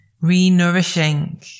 re-nourishing